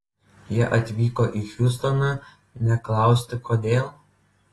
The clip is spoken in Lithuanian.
jie atvyko į hjustoną ne klausti kodėl